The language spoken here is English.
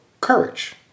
courage